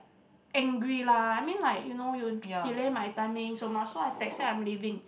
angry lah I mean like you delay my timing so much so I texted her say I'm leaving